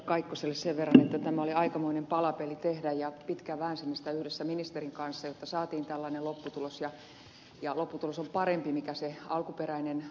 kaikkoselle sen verran että tämä oli aikamoinen palapeli tehdä ja pitkään väänsimme sitä yhdessä ministerin kanssa jotta saatiin tällainen lopputulos ja lopputulos on parempi kuin mikä se alkuperäinen ajatelma siinä oli